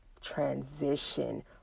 transition